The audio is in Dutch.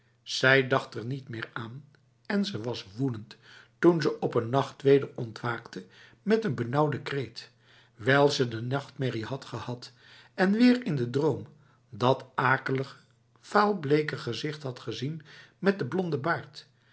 zij dacht er niet meer aan en ze was woedend toen ze op een nacht weder ontwaakte met een benauwde kreet wijl ze de nachtmerrie had gehad en weer in de droom dat akelige vaalbleke gezicht had gezien met de blonde baard